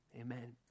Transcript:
Amen